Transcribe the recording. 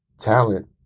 talent